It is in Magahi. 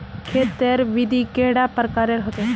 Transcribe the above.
खेत तेर विधि कैडा प्रकारेर होचे?